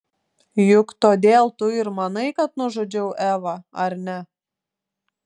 juk todėl tu ir manai kad nužudžiau evą ar ne